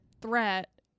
threat